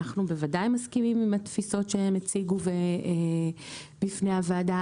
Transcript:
אנחנו בוודאי מסכימים עם התפיסות שהם הציגו בפני הוועדה.